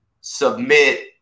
submit